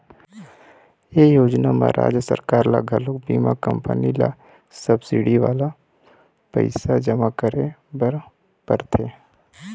ए योजना म राज सरकार ल घलोक बीमा कंपनी ल सब्सिडी वाला पइसा जमा करे बर परथे